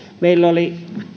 meillä oli